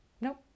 nope